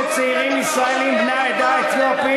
כשצעירים ישראלים בני העדה האתיופית,